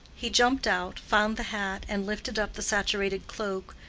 he jumped out, found the hat, and lifted up the saturated cloak,